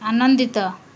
ଆନନ୍ଦିତ